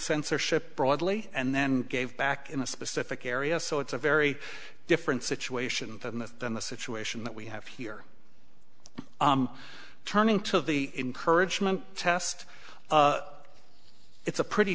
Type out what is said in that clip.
censorship broadly and then gave back in a specific area so it's a very different situation than the than the situation that we have here turning to the encouragement test it's a pretty